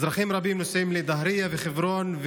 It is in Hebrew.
אזרחים רבים נוסעים לדאהרייה וחברון,